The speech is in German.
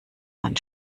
man